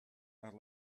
are